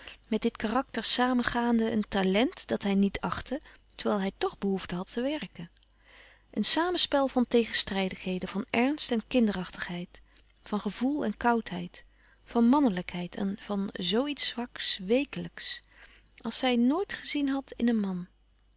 met dit karakter samengaande een talent dat hij niet achtte terwijl hij toch behoefte had te werken een samenspel van tegenstrijdigheden van ernst en kinderachtigheid van gevoel en koudheid van mannelijkheid en van zo iets zwak weekelijks als zij nooit gezien had in een man